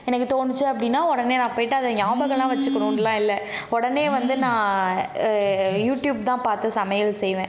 எனக்குத் தோணிச்சு அப்படினா உடனே நான் போய்விட்டு அதை ஞாபகம் வச்சிக்கணுன்னால் இல்லை உடனே வந்து நான் யூடியூப் தான் பார்த்து சமையல் செய்வேன்